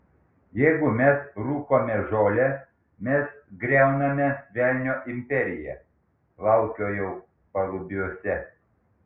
jeigu mes rūkome žolę mes griauname velnio imperiją plaukiojau palubiuose